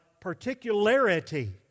particularity